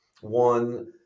One